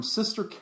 Sister